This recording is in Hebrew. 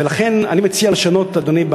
ולכן אני מציע לשנות, אדוני.